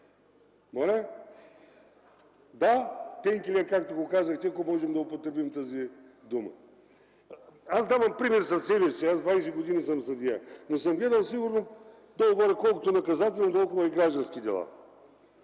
Моля? Да, пенкилер, както го казахте, ако можем да употребим тази дума. Аз давам пример със себе си, 20 години съм съдия, но съм гледал сигурно колкото наказателни, толкова и граждански дела.